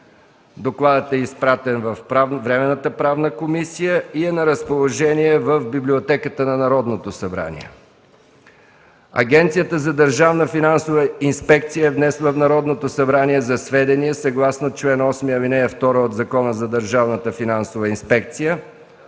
Докладът е изпратен във Временната правна комисия и е на разположение в Библиотеката на Народното събрание. Агенцията за държавната финансова инспекция е внесла в Народното събрание за сведение, съгласно чл. 8, ал. 2 от Закона за Държавната финансова инспекция,